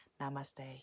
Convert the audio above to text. Namaste